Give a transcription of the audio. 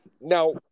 Now